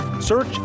Search